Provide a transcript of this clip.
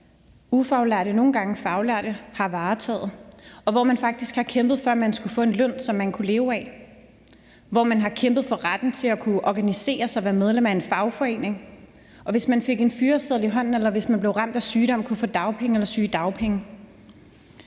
faglærte har varetaget, og hvor man faktisk har kæmpet for, at man skulle få en løn, som man kunne leve af, hvor man har kæmpet for retten til at kunne organisere sig og være medlem af en fagforening, og man, hvis man fik en fyreseddel i hånden, eller hvis man blev ramt af sygdom, kunne få dagpenge eller sygedagpenge.